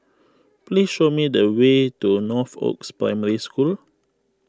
please show me the way to Northoaks Primary School